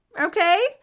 Okay